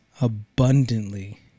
abundantly